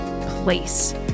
place